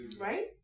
right